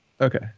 Okay